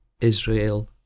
Israel